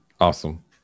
Awesome